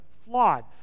flawed